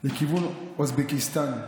לכיוון אוזבקיסטן.